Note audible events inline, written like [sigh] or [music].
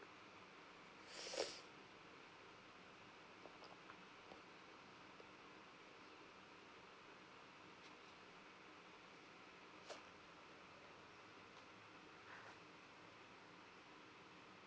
[breath]